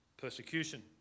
persecution